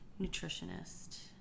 nutritionist